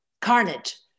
carnage